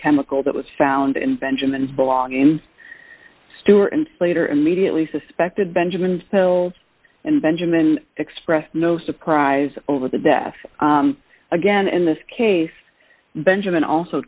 chemical that was found in benjamin belong in stewart and later immediately suspected benjamin's pills and benjamin expressed no surprise over the death again in this case benjamin also